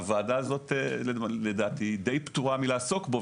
הוועדה הזאת לדעתי די פטורה מלעסוק בו.